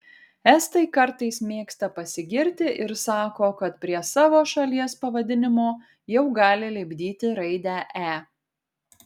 estai kartais mėgsta pasigirti ir sako kad prie savo šalies pavadinimo jau gali lipdyti raidę e